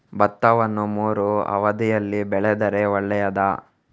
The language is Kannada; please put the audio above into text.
ಭತ್ತವನ್ನು ಮೂರೂ ಅವಧಿಯಲ್ಲಿ ಬೆಳೆದರೆ ಒಳ್ಳೆಯದಾ?